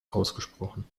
ausgesprochen